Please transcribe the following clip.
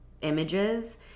images